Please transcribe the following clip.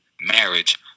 marriage